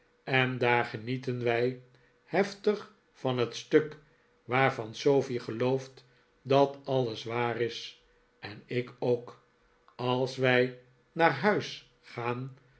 en daar genieten wij heftig van het stuk waarvan sofie gelooft dat alles waar is en ik ook als wij naar huis gaan